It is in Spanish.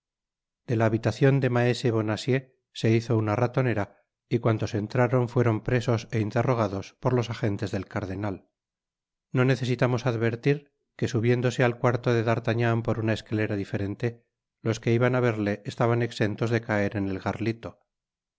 de la habitacion de maese bonacieux se hizo una ratonera y cuantos entraron fueron presos é interrogados por los agentes del cardenal no necesitamos advertir que subiéndose al cuarto de d'artagnan por una escalera diferente los que iban á verle estaban exentos de caer en el garlito